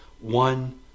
one